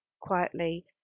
quietly